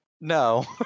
No